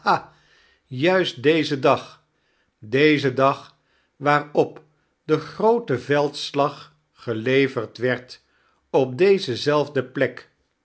juist dezen dag dezen dag waarop de groot veldslag gelererd werd op deze zelfde plek